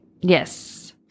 Yes